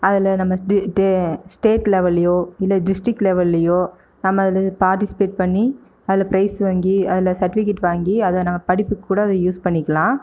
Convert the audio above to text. அதில் நம்ம ஸ்டி டே ஸ்டேட் லெவல்லயோ இல்லை டிஸ்ட்ரிக்ட் லெவல்லயோ நம்ம அதில் பார்ட்டிசிபேட் பண்ணி அதில் ப்ரைஸ் வாங்கி அதில் சர்ட்டிவிகேட் வாங்கி அதை நான் படிப்புக்கு கூட அதை யூஸ் பண்ணிக்கலாம்